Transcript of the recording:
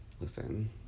listen